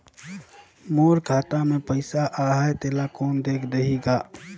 मोर खाता मे पइसा आहाय तेला कोन देख देही गा?